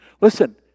Listen